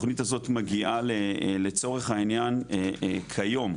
התוכנית הזאת מגיעה לצורך העניין כיום,